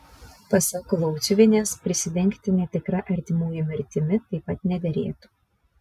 pasak lauciuvienės prisidengti netikra artimųjų mirtimi taip pat nederėtų